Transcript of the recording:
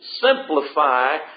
simplify